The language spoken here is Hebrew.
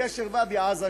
גשר ואדי עזה,